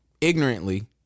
ignorantly